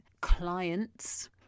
clients